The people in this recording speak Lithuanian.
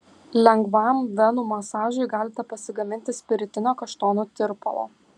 lengvam venų masažui galite pasigaminti spiritinio kaštonų tirpalo